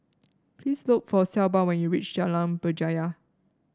please look for Shelba when you reach Jalan Berjaya